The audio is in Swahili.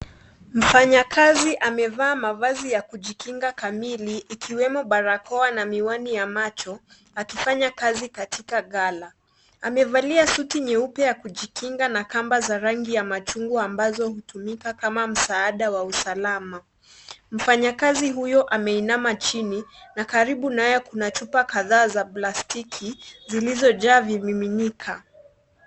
Mfanyakazi amevaa mavazi ya kujikinga kamili ikiwemo barakoa na miwani ya macho, akifanya kazi katika ghala. Amevalia suti nyeupe ya kujikinga na kamba za rangi ya machungwa ambazo hutumika kama msaada wa usalama. Mfanyakazi huyo ameinama chini na karibu naye kuna chupa za plastiki zilizojaa vimiminika.